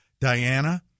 Diana